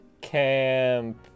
Camp